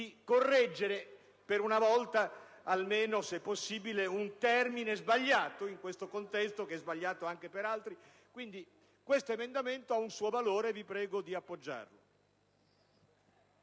di correggere, per una volta almeno, se possibile, un termine sbagliato, in questo contesto che è sbagliato anche per altri. Questo emendamento ha un suo valore e vi prego di appoggiarlo.